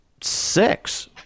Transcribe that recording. six